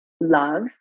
love